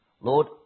Lord